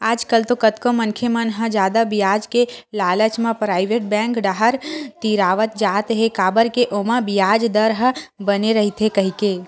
आजकल तो कतको मनखे मन ह जादा बियाज के लालच म पराइवेट बेंक डाहर तिरावत जात हे काबर के ओमा बियाज दर ह बने रहिथे कहिके